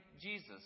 Jesus